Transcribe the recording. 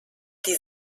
die